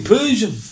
Persian